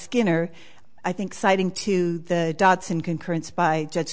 skinner i think citing to the datsun concurrence by judge